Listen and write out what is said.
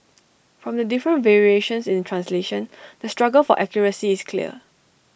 from the different variations in translation the struggle for accuracy is clear